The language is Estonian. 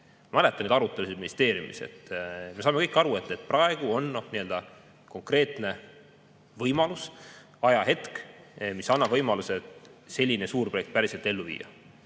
Ma mäletan neid arutelusid ministeeriumis. Me saame kõik aru, et praegu on konkreetne võimalus, ajahetk, mis annab võimaluse selline suurprojekt päriselt ellu viia.